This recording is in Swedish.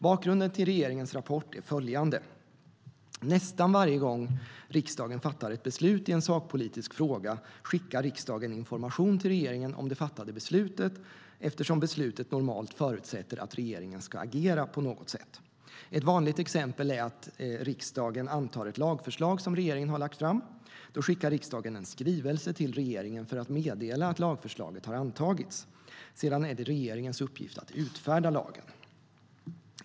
Bakgrunden till regeringens rapport är följande. Nästan varje gång riksdagen fattar ett beslut i en sakpolitisk fråga skickar riksdagen information till regeringen om det fattade beslutet eftersom beslutet normalt förutsätter att regeringen ska agera på något sätt. Ett vanligt exempel är att riksdagen antar ett lagförslag som regeringen har lagt fram. Då skickar riksdagen en skrivelse till regeringen för att meddela att lagförslaget har antagits. Sedan är det regeringens uppgift att utfärda lagen.